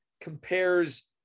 compares